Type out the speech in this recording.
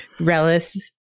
relis